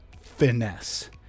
finesse